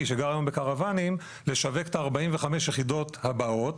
שגר היום בקרוואנים לשווק את ה-45 יחידות הבאות